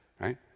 right